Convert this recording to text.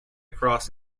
cross